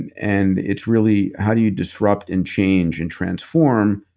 and and it's really, how do you disrupt and change and transform,